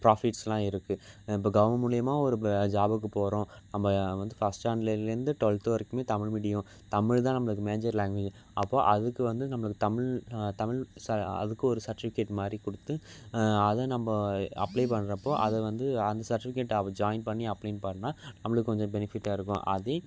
ப்ராஃபிட்ஸ்செலாம் இருக்குது இப்போ கவ் மூலிமா ஒரு ப ஜாபுக்கு போகிறோம் நம்ம வந்து ஃபர்ஸ்ட் ஸ்டாண்டர்ட்லேருந்து ட்வெல்த்து வரைக்குமே தமிழ் மீடியோம் தமிழ் தான் நம்மளுக்கு மேஜர் லேங்வேஜ் அப்போது அதுக்கு வந்து நம்மளுக்கு தமிழ் தமிழ் ச அதுக்கு ஒரு சர்டிஃபிகேட் மாதிரி கொடுத்து அதை நம்ம அப்ளே பண்ணுறப்போ அது வந்து அந்த சர்டிஃபிகேட்டை ஜாயின் பண்ணி அப்ளேன் பண்ணால் நம்மளுக்கு கொஞ்சம் பெனிஃபிட்டாக இருக்கும் அதே